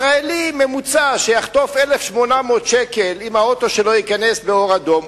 ישראלי ממוצע שיחטוף 1,800 ש"ח אם האוטו שלו ייכנס באור אדום,